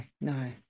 no